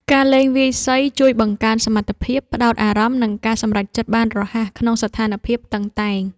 ការលេងវាយសីជួយបង្កើនសមត្ថភាពផ្ដោតអារម្មណ៍ និងការសម្រេចចិត្តបានរហ័សក្នុងស្ថានភាពតានតឹង។